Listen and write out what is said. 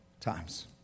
times